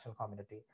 community